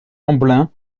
lamblin